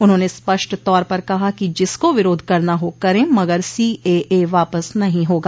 उन्होंने स्पष्ट तौर पर कहा कि जिसको विरोध करना हो कर मगर सीएए वापस नहीं होगा